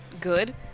good